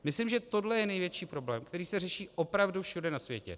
Myslím, že tohle je největší problém, který se řeší opravdu všude na světě.